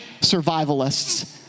survivalists